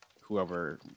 whoever